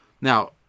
Now